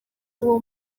uwo